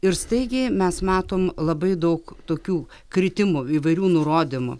ir staigiai mes matom labai daug tokių kritimų įvairių nurodymų